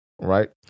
right